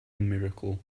miracle